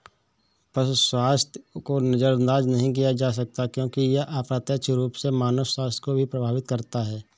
पशु स्वास्थ्य को नजरअंदाज नहीं किया जा सकता क्योंकि यह अप्रत्यक्ष रूप से मानव स्वास्थ्य को भी प्रभावित करता है